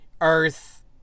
Earth